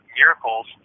miracles